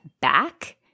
back